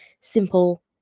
simple